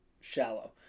shallow